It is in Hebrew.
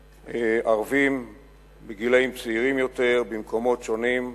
וערבים בגילים צעירים יותר נערכו במקומות שונים לתפילות,